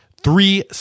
three